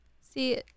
see